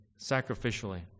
sacrificially